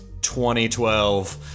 2012